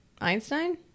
Einstein